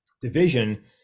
division